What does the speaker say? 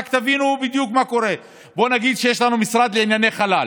רק שתבינו בדיוק מה קורה: בואו נגיד שיש לנו משרד לענייני חלל,